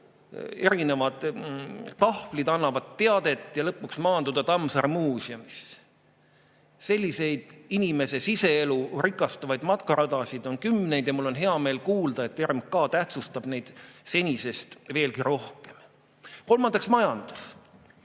erinevad tahvlid annavad teadet, ja lõpuks maanduda Tammsaare muuseumisse. Selliseid inimese siseelu rikastavaid matkaradasid on kümneid ja mul on hea meel kuulda, et RMK tähtsustab neid senisest veelgi rohkem. Kolmandaks, majandus.